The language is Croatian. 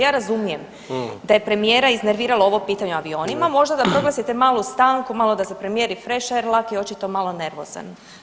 Ja razumijem da je premijera iznerviralo ovo pitanje o avionima, možda da proglasite malu stanku malo da se premijer rifreša jer Laki je očito malo nervozan.